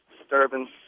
disturbance